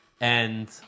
and-